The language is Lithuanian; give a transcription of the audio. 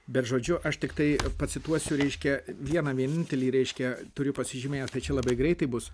bet žodžiu aš tiktai pacituosiu reiškia vieną vienintelį reiškia turiu pasižymėjęs tai čia labai greitai bus